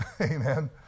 Amen